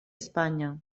espanya